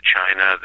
China